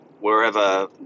wherever